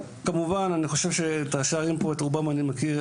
כמובן אני חושב שאת ראשי הערים פה את רובם אני מכיר,